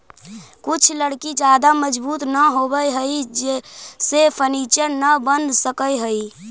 कुछ लकड़ी ज्यादा मजबूत न होवऽ हइ जेसे फर्नीचर न बन सकऽ हइ